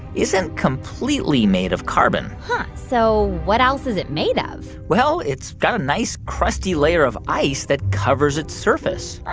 isn't completely made of carbon so what else is it made ah of? well, it's got a nice, crusty layer of ice that covers its surface huh.